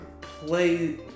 play